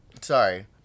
sorry